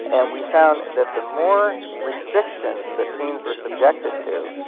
and we found that the more restrictions that teens were subjected to,